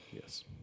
Yes